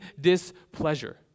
displeasure